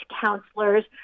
counselors